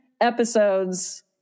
episodes